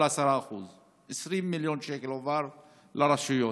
10%. 20 מיליון שקל הועברו לרשויות.